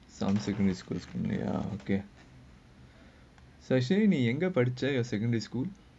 some secondary schools ya okay so actually நீ எங்க படிச்சே:nee enga padichae your secondary school